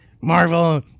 Marvel